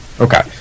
Okay